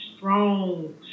strong